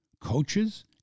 coaches